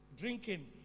drinking